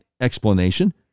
explanation